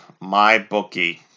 MyBookie